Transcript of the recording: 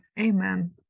Amen